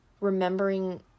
remembering